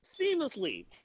seamlessly